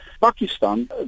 Pakistan